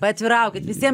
paatviraukit visiem